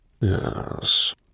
Yes